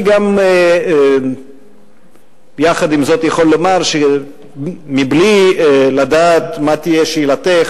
אני גם יכול לומר שמבלי לדעת מה תהיה שאלתך,